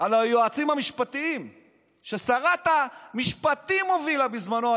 על היועצים המשפטיים ששרת המשפטים בזמנו הובילה,